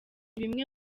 bimwe